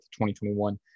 2021